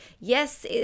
Yes